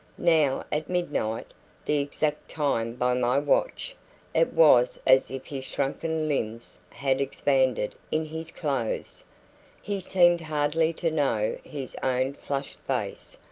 now, at midnight the exact time by my watch it was as if his shrunken limbs had expanded in his clothes he seemed hardly to know his own flushed face,